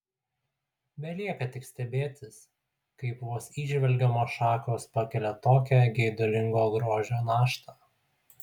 belieka tik stebėtis kaip vos įžvelgiamos šakos pakelia tokią geidulingo grožio naštą